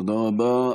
תודה רבה.